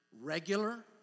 Regular